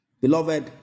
beloved